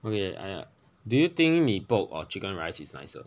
okay I do you think mee pok or chicken rice is nicer